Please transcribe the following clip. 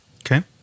Okay